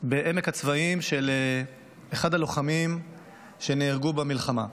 של אחד הלוחמים שנהרגו במלחמה.